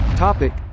Topic